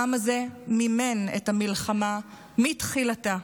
העם הזה מימן את המלחמה מתחילתה,